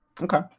Okay